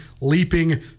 leaping